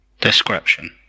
Description